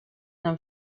нам